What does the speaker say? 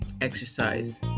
exercise